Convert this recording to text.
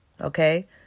Okay